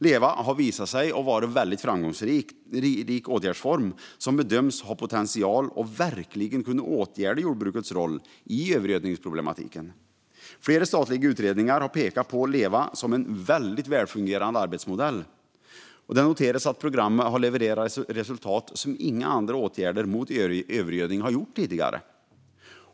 LEVA har visat sig vara en väldigt framgångsrik åtgärdsform som bedöms ha potential att verkligen åtgärda jordbrukets roll i övergödningsproblematiken. Flera statliga utredningar har pekat på LEVA som en mycket välfungerande arbetsmodell. Det noteras att programmet har levererat resultat som inga andra åtgärder mot övergödning har gjort tidigare.